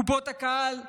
קופות הקהל בערים,